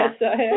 Yes